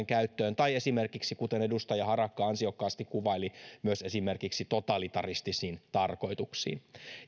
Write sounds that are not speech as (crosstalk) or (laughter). (unintelligible) käyttöön tai kuten edustaja harakka ansiokkaasti kuvaili myös esimerkiksi totalitaristisiin tarkoituksiin